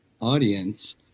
audience